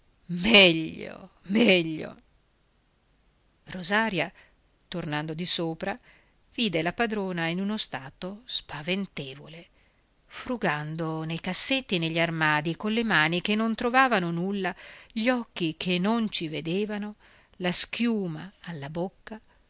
meglio meglio rosaria tornando di sopra vide la padrona in uno stato spaventevole frugando nei cassetti e negli armadi colle mani che non trovavano nulla gli occhi che non ci vedevano la schiuma alla bocca